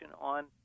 on